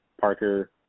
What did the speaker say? Parker